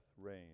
rain